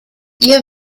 ihr